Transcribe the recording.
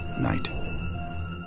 night